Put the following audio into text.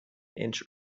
inch